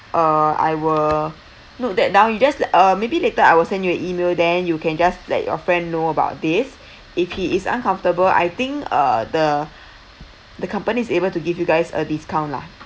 uh I will note that down you just uh maybe later I will send you a email then you can just let your friend know about this if he is uncomfortable I think uh the the companies able to give you guys a discount lah